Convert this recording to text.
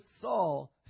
Saul